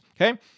okay